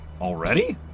Already